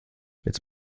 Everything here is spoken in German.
jetzt